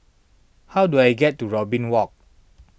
how do I get to Robin Walk